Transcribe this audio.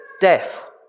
death